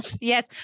yes